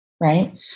right